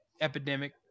epidemic